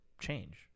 change